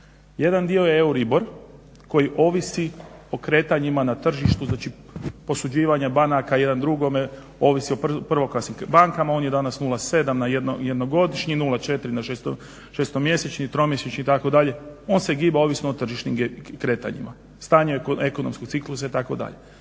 Jedan dio je euribor koji ovisi o kretanjima na tržištu, znači posuđivanja banaka, jedan drugome, ovisi o prvoklasnim bankama. On je danas 0,7 jednogodišnji, 0,4 na šestomjesečni i tromjesečni itd. On se giba ovisno o tržišnim kretanjima, stanje kod ekonomskog ciklusa itd.